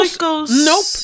Nope